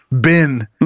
bin